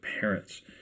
parents